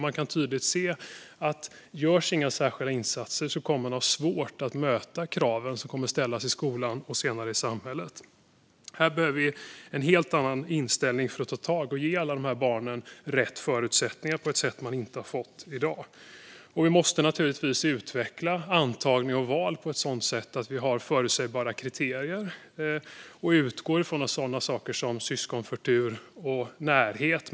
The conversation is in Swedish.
Man kan tydligt se att om inga särskilda insatser görs kommer de att ha svårt att möta kraven som kommer att ställas i skolan och senare i samhället. Här behöver vi en helt annan inställning för att ta tag i detta och ge alla de här barnen rätt förutsättningar på ett sätt som inte sker i dag. Vi måste naturligtvis utveckla antagning och val på ett sådant sätt att vi har förutsägbara kriterier och utgår från sådana saker som syskonförtur och närhet.